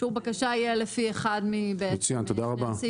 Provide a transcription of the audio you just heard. אישור הבקשה יהיה לפי אחד משני הסעיפים.